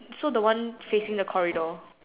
so the one facing the corridor